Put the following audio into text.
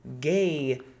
gay